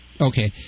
Okay